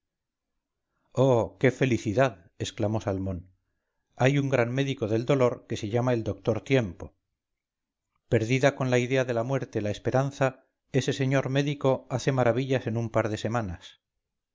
qué felicidad exclamó salmón hay un gran médico del dolor que se llama el doctor tiempo perdida con la idea de la muerte la esperanza ese señor médico hace maravillas en un par de semanas